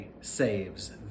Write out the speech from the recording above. saves